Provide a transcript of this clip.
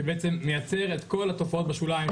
שבעצם מייצר את כל התופעות שנמצאות בשוליים,